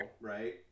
right